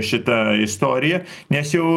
šita istorija nes jau